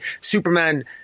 Superman